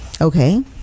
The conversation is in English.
Okay